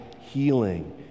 healing